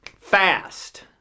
fast